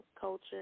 culture